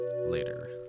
later